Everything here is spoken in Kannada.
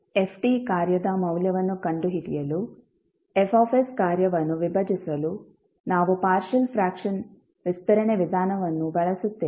f ಕಾರ್ಯದ ಮೌಲ್ಯವನ್ನು ಕಂಡುಹಿಡಿಯಲು F ಕಾರ್ಯವನ್ನು ವಿಭಜಿಸಲು ನಾವು ಪಾರ್ಷಿಯಲ್ ಫ್ರ್ಯಾಕ್ಷನ್ ವಿಸ್ತರಣೆ ವಿಧಾನವನ್ನು ಬಳಸುತ್ತೇವೆ